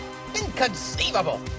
Inconceivable